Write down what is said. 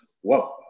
whoa